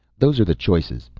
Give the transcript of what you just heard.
those are the choices.